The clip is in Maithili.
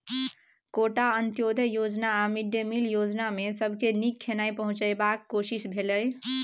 कोटा, अंत्योदय योजना आ मिड डे मिल योजनामे सबके नीक खेनाइ पहुँचेबाक कोशिश भेलै